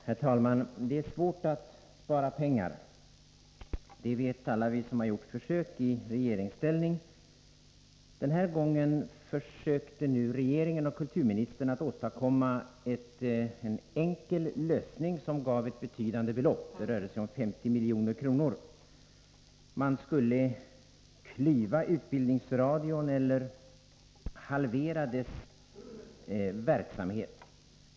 Herr talman! Det är svårt att spara pengar. Det vet alla vi som i regeringsställning har gjort försök. Den här gången försökte regeringen och kulturministern att åstadkomma en enkel lösning som skulle ge ett betydande belopp —- det rörde sig om 50 milj.kr. Man skulle ”klyva” utbildningsradion eller halvera dess verksamhet.